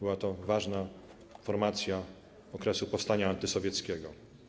Była to ważna formacja okresu powstania antysowieckiego.